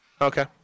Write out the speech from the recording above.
Okay